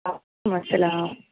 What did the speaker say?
وعکم السّلام